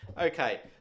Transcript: Okay